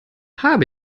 habe